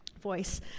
voice